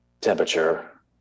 temperature